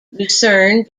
lucerne